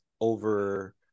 over